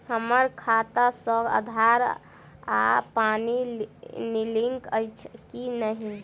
हम्मर खाता सऽ आधार आ पानि लिंक अछि की नहि?